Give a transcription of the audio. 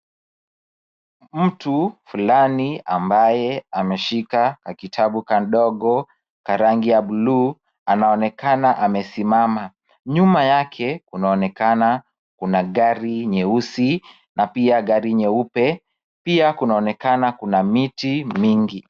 Mtu fulani ambaye ameshika kitabu kadogo na rangi ya bluu anaonekana amesimama. Nyuma yake kunaonekana kuna gari nyeusi na pia gari nyeupe, pia kunaonekana kuna miti mingi.